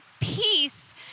Peace